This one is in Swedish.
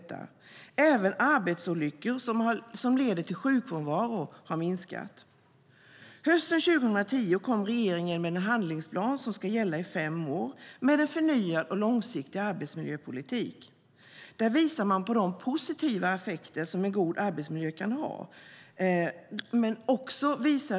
Även arbetsolyckor som leder till sjukfrånvaro har minskat. Hösten 2010 kom regeringen med en handlingsplan som ska gälla i fem år, med en förnyad och långsiktig arbetsmiljöpolitik. Där visar man även på de positiva effekter som en god arbetsmiljö kan ha.